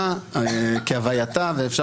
ביותר שאפשר